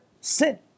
sin